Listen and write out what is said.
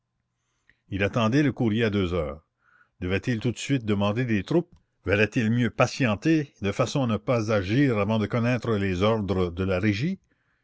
il attendait le courrier à deux heures devait-il tout de suite demander des troupes valait-il mieux patienter de façon à ne pas agir avant de connaître les ordres de la régie